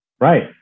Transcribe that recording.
Right